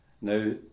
Now